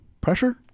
pressure